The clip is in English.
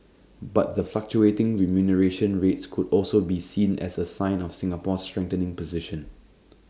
but the fluctuating remuneration rates could also be seen as A sign of Singapore's strengthening position